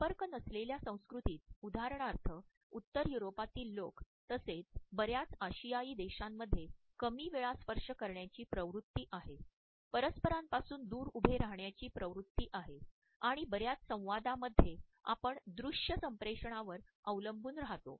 संपर्क नसलेल्या संस्कृतीत उदाहरणार्थ उत्तर युरोपातील लोक तसेच बर्याच आशियाई देशांमध्ये कमी वेळा स्पर्श करण्याची प्रवृत्ती आहे परस्परांपासून दूर उभे राहण्याची प्रवृत्ती आहे आणि बर्याच संवादामध्ये आपण दृश्य संप्रेषणावर अवलंबून राहतो